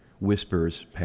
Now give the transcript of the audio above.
whispers